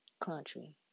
country